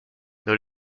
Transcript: nos